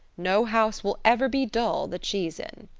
no house will ever be dull that she's in.